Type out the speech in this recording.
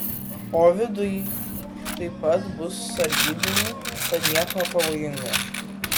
o viduj taip pat bus sargybinių tad nieko pavojingo